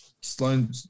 Sloan